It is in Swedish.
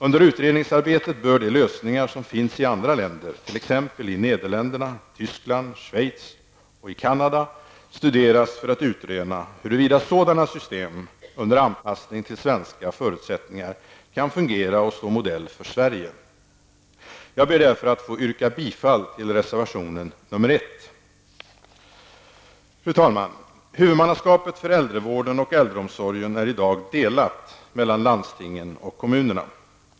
Under utredningsarbetet bör de lösningar som finns i andra länder, t.ex. i Nederländerna, Tyskland, Schweiz och Canada, studeras för att utröna huruvida sådana system -- under anpassning till svenska förutsättningar -- kan fungera och stå modell för Sverige. Jag ber därför att få yrka bifall till reservation nr 1. Fru talman! Huvudmannaskapet för äldrevården och äldreomsorgen är i dag delat mellan landstingen och kommunerna.